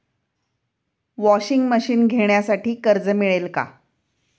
Washing machine घेण्यासाठी कर्ज मिळेल का?